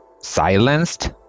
silenced